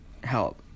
help